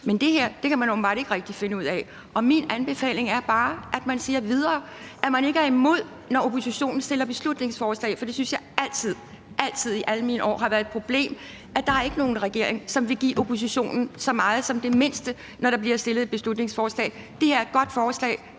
Men det her kan man åbenbart ikke rigtig finde ud af, og min anbefaling er bare, at man siger, at vi skal videre, at man altså ikke er imod, når oppositionen fremsætter beslutningsforslag, for det synes jeg altid – altid – i alle mine år har været et problem, altså at der ikke er nogen regering, som vil give oppositionen så meget som det mindste, når der bliver fremsat et beslutningsforslag. Det her er et godt forslag.